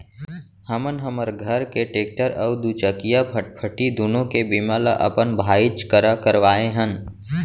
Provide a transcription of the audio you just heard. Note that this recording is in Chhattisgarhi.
हमन हमर घर के टेक्टर अउ दूचकिया फटफटी दुनों के बीमा ल अपन भाईच करा करवाए हन